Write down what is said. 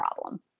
problem